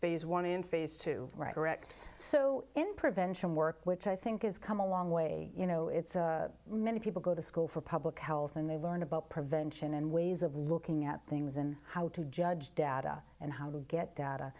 phase one in phase two right wrecked so in prevention work which i think is come a long way you know it's many people go to school for public health and they learn about prevention and ways of looking at things and how to judge data and how to get d